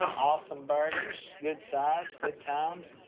awesome burgers, good sides, good times.